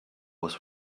was